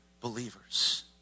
believers